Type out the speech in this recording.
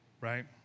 right